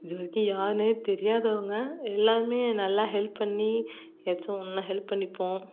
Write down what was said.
இது வரைக்கும் யாருன்னே தெரியாதவங்க எல்லாருமே நல்லா ஹெல்ப் பண்ணி ஏதாச்சும் ஒன்னுன்னால் ஹெல்ப் பண்ணிப்போம்